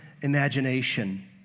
imagination